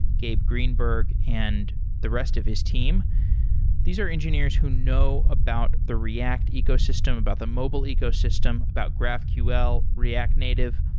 gabe greenberg, and the rest of his team these are engineers who know about the react ecosystem, about the mobile ecosystem, about graphql, react native.